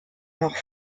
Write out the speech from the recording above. noch